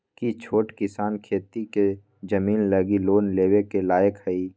कि छोट किसान खेती के जमीन लागी लोन लेवे के लायक हई?